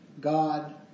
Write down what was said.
God